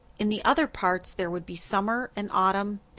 in the other parts there would be summer and autumn.